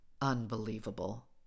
Unbelievable